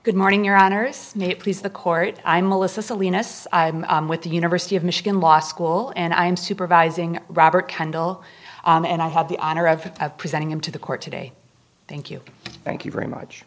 good morning your honor this may please the court i'm melissa salinas i'm with the university of michigan law school and i am supervising robert kendall on and i have the honor of presenting him to the court today thank you thank you very much